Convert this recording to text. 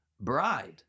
bride